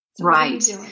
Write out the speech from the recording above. right